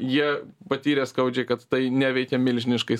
jie patyrę skaudžiai kad tai neveikia milžiniškais